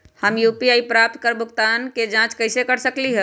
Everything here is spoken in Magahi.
हम यू.पी.आई पर प्राप्त भुगतान के जाँच कैसे कर सकली ह?